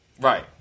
right